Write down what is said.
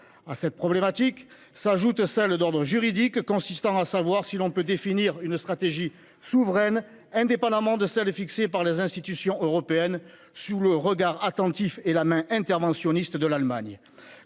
À cette problématique s'ajoute celle, d'ordre juridique, qui consiste à savoir si l'on peut définir une stratégie souveraine, indépendamment de celle que fixent les institutions européennes, sous le regard attentif et la main interventionniste de l'Allemagne.